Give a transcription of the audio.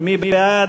מי בעד?